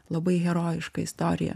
labai herojišką istoriją